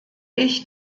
ich